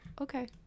Okay